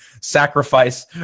sacrifice